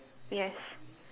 yes